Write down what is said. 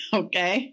okay